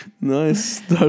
Nice